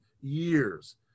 years